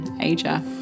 Asia